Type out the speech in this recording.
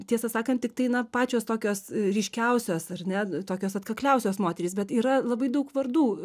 tiesą sakant tiktai na pačios tokios ryškiausios ar ne tokios atkakliausios moterys bet yra labai daug vardų